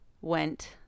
went